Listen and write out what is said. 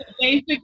basic